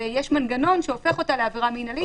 ויש מנגנון שהופך אותה לעבירה מינהלית.